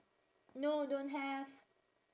no don't have